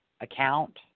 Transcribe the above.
account